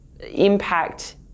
impact